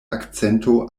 akcento